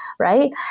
Right